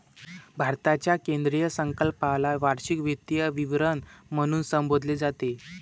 भारताच्या केंद्रीय अर्थसंकल्पाला वार्षिक वित्तीय विवरण म्हणून संबोधले जाते